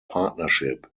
partnership